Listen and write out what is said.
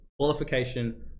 qualification